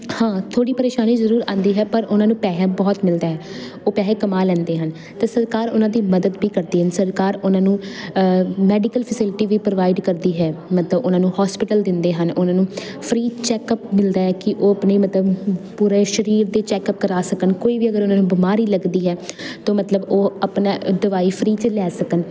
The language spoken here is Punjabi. ਹਾਂ ਥੋੜ੍ਹੀ ਪਰੇਸ਼ਾਨੀ ਜ਼ਰੂਰ ਆਉਂਦੀ ਹੈ ਪਰ ਉਹਨਾਂ ਨੂੰ ਪੈਸਾ ਬਹੁਤ ਮਿਲਦਾ ਹੈ ਉਹ ਪੈਸੇ ਕਮਾ ਲੈਂਦੇ ਹਨ ਅਤੇ ਸਰਕਾਰ ਉਹਨਾਂ ਦੀ ਮਦਦ ਵੀ ਕਰਦੀ ਹੈ ਸਰਕਾਰ ਉਹਨਾਂ ਨੂੰ ਮੈਡੀਕਲ ਫੈਸਿਲਿਟੀ ਵੀ ਪ੍ਰੋਵਾਈਡ ਕਰਦੀ ਹੈ ਮਤਲਬ ਉਹਨਾਂ ਨੂੰ ਹੋਸਪਿਟਲ ਦਿੰਦੇ ਹਨ ਉਹਨਾਂ ਨੂੰ ਫਰੀ ਚੈੱਕਅਪ ਮਿਲਦਾ ਹੈ ਕਿ ਉਹ ਆਪਣੇ ਮਤਲਬ ਪੂਰੇ ਸਰੀਰ ਦੇ ਚੈੱਕਅਪ ਕਰਵਾ ਸਕਣ ਕੋਈ ਵੀ ਅਗਰ ਉਹਨਾਂ ਨੂੰ ਬਿਮਾਰੀ ਲੱਗਦੀ ਹੈ ਤਾਂ ਮਤਲਬ ਉਹ ਆਪਣੀ ਦਵਾਈ ਫਰੀ 'ਚ ਲੈ ਸਕਣ